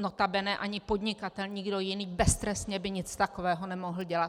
nota bene ani podnikatel, nikdo jiný by beztrestně nic takového nemohl dělat.